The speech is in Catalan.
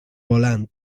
volant